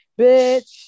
Bitch